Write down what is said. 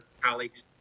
colleagues